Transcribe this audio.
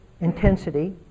intensity